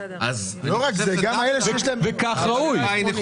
וכך ראוי.